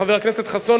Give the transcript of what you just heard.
חבר הכנסת חסון,